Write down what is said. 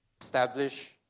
establish